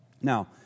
Now